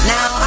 Now